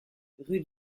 rue